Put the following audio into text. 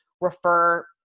refer